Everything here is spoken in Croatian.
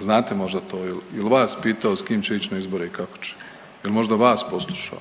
znate možda to, jel, jel vas pitao s kim će ić na izbore i kako će, jel možda vas poslušao?